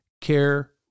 care